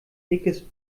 dickes